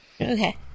Okay